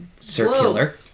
Circular